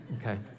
Okay